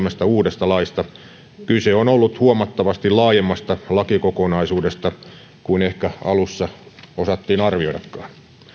kolmesta uudesta laista kyse on ollut huomattavasti laajemmasta lakikokonaisuudesta kuin ehkä alussa osattiin arvioidakaan